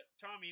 Tommy